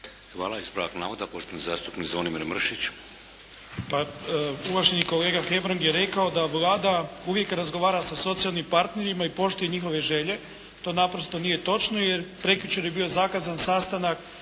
Hvala. Ispravak navoda poštovani zastupnik Zvonimir Mršić.